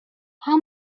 how